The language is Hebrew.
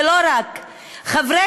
ולא רק הם, חברי